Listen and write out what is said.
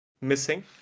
missing